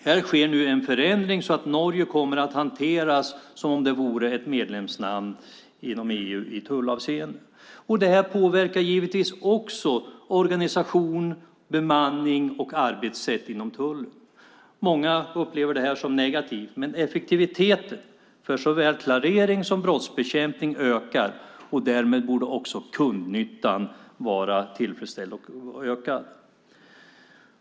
Här sker nu en förändring så att Norge kommer att hanteras som om det vore ett medlemsland inom EU i tullavseende. Det här påverkar givetvis också organisation, bemanning och arbetssätt inom tullen. Många upplever det här som negativt, men effektiviteten för såväl klarering som brottsbekämpning ökar, och därmed borde också kundnyttan vara tillfredsställd och också öka.